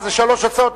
התש"ע 2010,